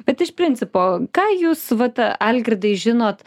bet iš principo ką jūs vat algirdai žinot